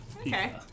Okay